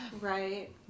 Right